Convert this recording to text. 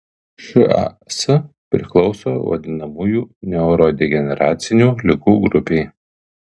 šas priklauso vadinamųjų neurodegeneracinių ligų grupei